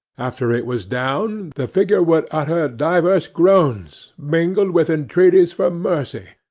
after it was down, the figure would utter divers groans, mingled with entreaties for mercy,